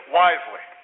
wisely